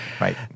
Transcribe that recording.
Right